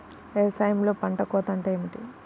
వ్యవసాయంలో పంట కోత అంటే ఏమిటి?